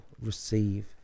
receive